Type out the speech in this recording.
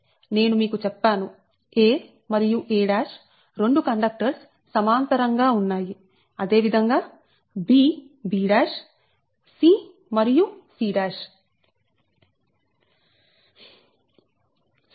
నేను మీకు చెప్పాను a మరియు a 2 కండక్టర్స్ సమాంతరంగా ఉన్నాయి అదే విధంగా b b c మరియు c